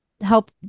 help